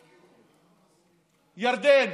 ירדן.